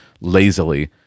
lazily